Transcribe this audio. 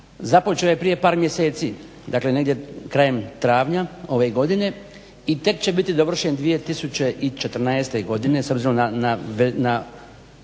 započeo je prije par mjeseci, dakle negdje krajem travnja ove godine i tek će biti dovršen 2014. godine s obzirom na